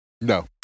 No